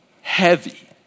heavy